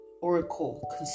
Oracle